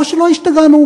או שלא השתגענו.